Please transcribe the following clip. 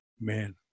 man